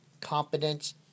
competence